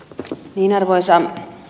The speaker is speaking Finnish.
arvoisa puhemies